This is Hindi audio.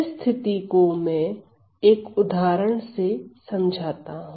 इस स्थिति को मैं एक उदाहरण से समझाता हूं